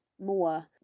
more